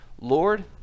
Lord